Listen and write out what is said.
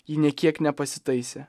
ji nė kiek nepasitaisė